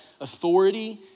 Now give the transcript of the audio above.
authority